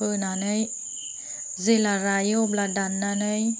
फोनानै जेला रायो अब्ला दाननानै